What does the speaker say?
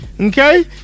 Okay